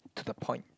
to the point